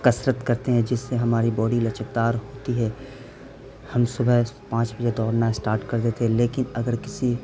کسرت کرتے ہیں جس سے ہماری باڈی لچکدار ہوتی ہے ہم صبح پانچ بجے دوڑنا اسٹارٹ کر دیتے ہیں لیکن اگر کسی